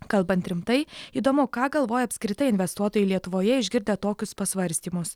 kalbant rimtai įdomu ką galvoja apskritai investuotojai lietuvoje išgirdę tokius pasvarstymus